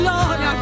Lord